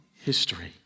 history